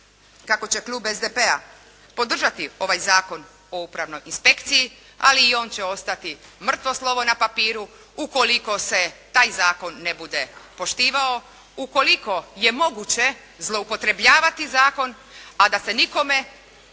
kako će klub SDP-a podržati ovaj zakon o upravnoj inspekciji, ali i on će ostati mrtvo slovo na papiru ukoliko se taj zakon ne bude poštivao, ukoliko je moguće zloupotrebljavati zakon, a da se nikome